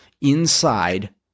inside